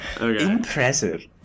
Impressive